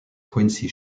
quincy